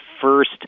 first